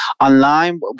Online